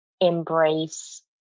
embrace